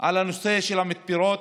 על הנושא של המתפרות.